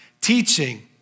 Teaching